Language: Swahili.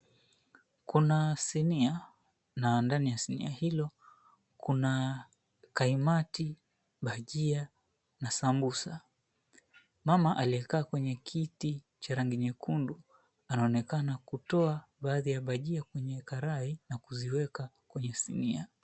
Kuna sinia, na ndani ya sinia hili kuna kaimati, bajia na samosa mama aliyekaa kwenye kiti cha rangi nyekundu anaonekana kutoa bajia kwenye karai na kuziweka kwenye sinia.